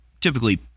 typically